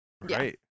right